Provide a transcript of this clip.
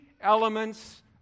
elements